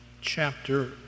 chapter